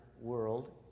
world